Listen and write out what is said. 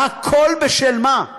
והכול, בשל מה?